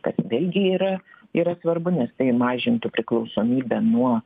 kad vėl gi yra yra svarbu nes tai mažintų priklausomybę nuo